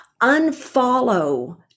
unfollow